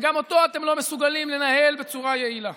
וגם אותו אתם לא מסוגלים לנהל בצורה יעילה.